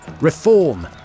reform